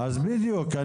בדיוק.